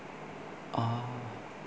oh